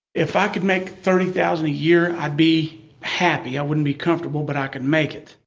if i could make thirty thousand a year, i'd be happy. i wouldn't be comfortable, but i could make it.